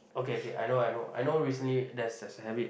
okay okay I know I know I know recently there's there's a habit